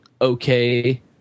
okay